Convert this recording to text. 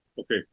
Okay